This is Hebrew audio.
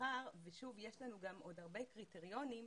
מאחר שיש לנו עוד הרבה קריטריונים,